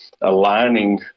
aligning